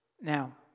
Now